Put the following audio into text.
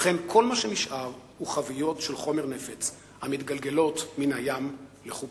לכן כל מה שנשאר הוא חביות של חומר נפץ המתגלגלות מן הים לחופינו.